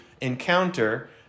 encounter